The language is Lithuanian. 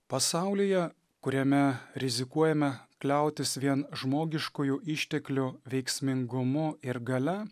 pasaulyje kuriame rizikuojame kliautis vien žmogiškųjų išteklių veiksmingumu ir galia